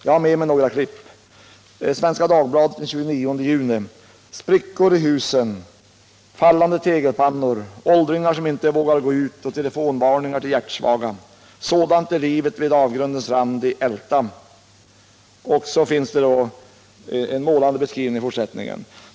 Jag har med mig några klipp. I Svenska Dagbladet för den 29 juni i år skrevs bl.a. följande: ”Sprickor i husen, fallande tegelpannor, åldringar som inte vågar gå ut och telefonvarningar till hjärtsvaga. Sådant är livet vid ”avgrundens rand” i Älta ---.” I fortsättningen ges det en målande beskrivning.